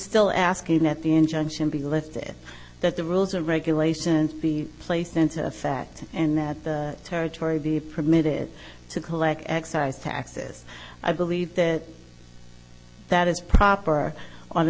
still asking that the injunction be lifted that the rules and regulations be placed into effect and that the territory be permitted to collect excise taxes i believe that that is proper on a